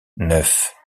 neuf